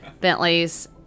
Bentley's